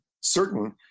certain